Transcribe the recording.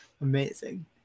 Amazing